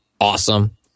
awesome